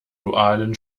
dualen